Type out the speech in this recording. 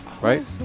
right